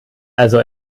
also